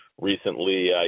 recently